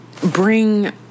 bring